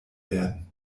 werden